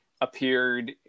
appeared